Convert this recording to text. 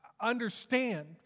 understand